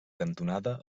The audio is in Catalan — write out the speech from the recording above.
cantonada